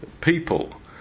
people